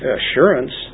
assurance